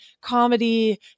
comedy